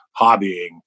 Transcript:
hobbying